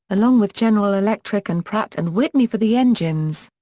along with general electric and pratt and whitney for the engines.